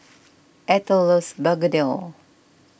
Ethyl loves Begedil